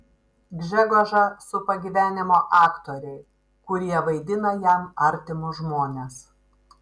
gžegožą supa gyvenimo aktoriai kurie vaidina jam artimus žmones